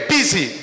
Busy